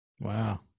Wow